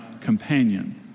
companion